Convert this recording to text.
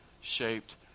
shaped